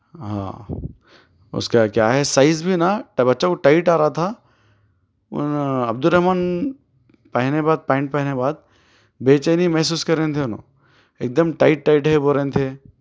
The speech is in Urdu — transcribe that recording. ہاں اس کا کیا ہے سائز بھی نا بچوں کو ٹائٹ آ رہا تھا ان عبدالرحمٰن پہنے بعد پینٹ پہنے بعد بےچینی محسوس کر رہیں تھے دونوں ایک دم ٹائٹ ٹائٹ ہے بول رہے تھے